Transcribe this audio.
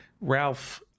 Ralph